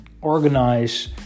organize